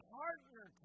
partner